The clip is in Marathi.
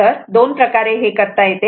तर दोन प्रकारे हे करता येते